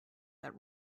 that